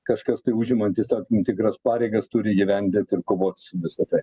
kažkas tai užimantis tikras pareigas turi įgyvendint ir kovot su visa tai